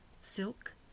silk